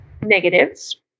negatives